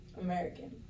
American